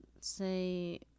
say